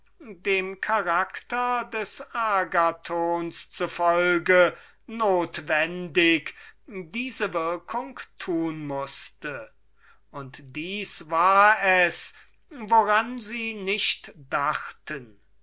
dem charakter des agathon nach notwendig diese würkung tun mußte und das war es woran sie nicht dachten